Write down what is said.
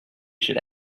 should